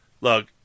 Look